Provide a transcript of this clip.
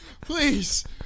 Please